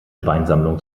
weinsammlung